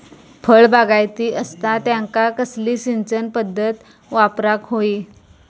फळबागायती असता त्यांका कसली सिंचन पदधत वापराक होई?